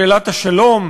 שאלת השלום.